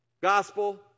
Gospel